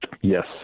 Yes